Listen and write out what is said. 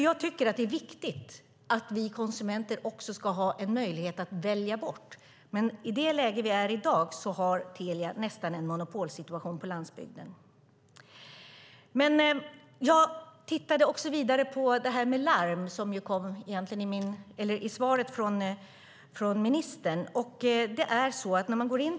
Jag tycker att det är viktigt att vi konsumenter också ska ha en möjlighet att välja bort, men i det läge som är i dag har Telia nästan en monopolsituation på landsbygden. Jag har i svaret från ministern också tittat på detta med larm.